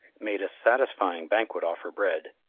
made a satisfying banquet off her bread,